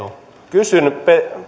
kysyn